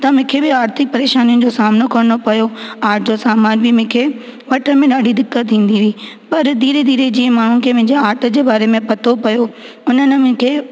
त मूंखे बि आर्थिक परेशानियुनि जो सामिनो करिणो पियो आर्ट जो सामान बि मूंखे वठण में ॾाढी दिक़त थींदी हुई पर धीरे धीरे जीअं माण्हुनि खे मुंहिंजे आर्ट जे बारे में पतो पियो उन्हनि मूंखे